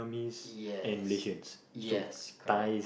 yes yes correct